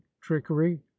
trickery